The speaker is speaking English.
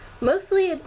mostly